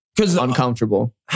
uncomfortable